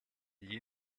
gli